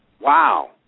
Wow